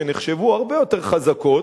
שנחשבו הרבה יותר חזקות,